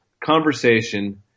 conversation